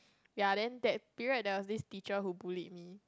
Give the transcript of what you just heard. ya then that period there was this teacher who bullied me